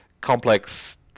complex